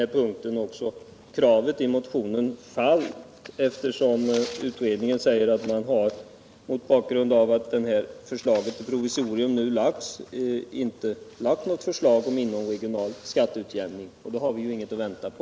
Egentligen har ju kravet i motionen redan fallit, eftersom kommunalekonomiska utredningen säger att den mot bakgrund av att ett förslag till provisorium framlagts inte utarbetat något förslag till inomregional skatteutjämning. Vi har alltså inget att vänta på.